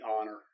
honor